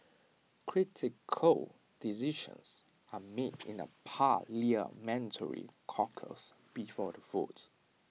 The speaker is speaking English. critical decisions are made in A parliamentary caucus before the vote